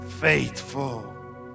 faithful